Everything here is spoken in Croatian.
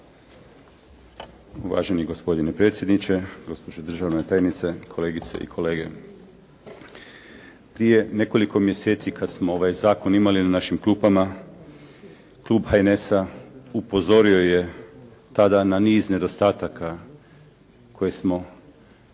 Uvaženi gospodine predsjedniče, gospođo državna tajnice, kolegice i kolege. Prije nekoliko mjeseci kada smo ovaj zakon imali na našim klupama Klub HNS-a upozorio je tada na niz nedostataka koje smo već